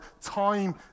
Time